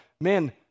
man